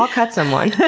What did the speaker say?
i'll cut someone.